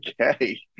okay